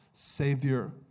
Savior